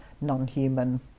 non-human